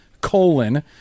colon